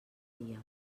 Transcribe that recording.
dia